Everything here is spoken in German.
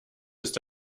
ist